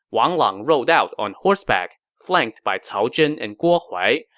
wang lang rode out on horseback, flanked by cao zhen and guo huai,